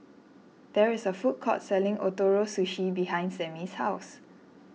there is a food court selling Ootoro Sushi behind Samie's house